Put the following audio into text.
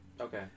Okay